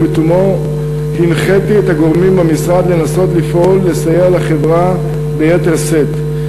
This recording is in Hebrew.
ובתומו הנחיתי את הגורמים במשרד לנסות לפעול לסייע לחברה ביתר שאת,